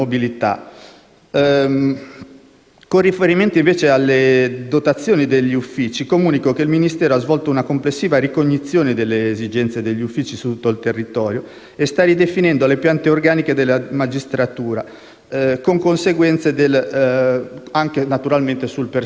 Con riferimento alle dotazioni degli uffici, comunico che il Ministero ha svolto una complessiva ricognizione delle esigenze degli uffici su tutto il territorio e sta ridefinendo le piante organiche della magistratura, con conseguenze naturalmente anche sul personale amministrativo.